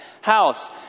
house